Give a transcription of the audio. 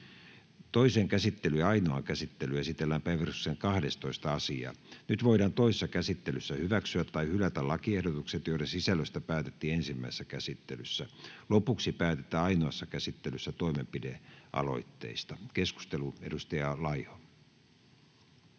Toiseen käsittelyyn ja ainoaan käsittelyyn esitellään päiväjärjestyksen 5. asia. Nyt voidaan toisessa käsittelyssä hyväksyä tai hylätä lakiehdotukset, joiden sisällöstä päätettiin ensimmäisessä käsittelyssä. Lopuksi päätetään ainoassa käsittelyssä toimenpidealoitteesta. Avaan keskustelun. — Edustaja Laiho,